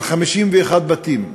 של 51 בתים,